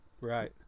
right